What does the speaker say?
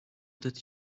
that